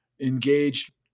engaged